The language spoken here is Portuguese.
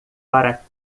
para